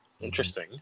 interesting